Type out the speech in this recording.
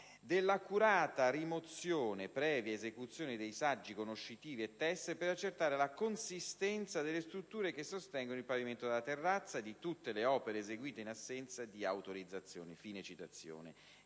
"dell'accurata rimozione, previa esecuzione dei saggi conoscitivi e testper accertare la consistenza delle strutture che sostengono il pavimento della terrazza, di tutte le opere eseguite in assenza di autorizzazione..." e con